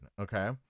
okay